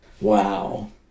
wow